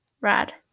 rad